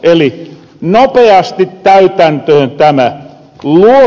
eli nopeasti täytäntöön tämä